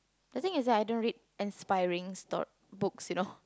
the thing is I don't read inspiring stor~ books you know